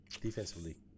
Defensively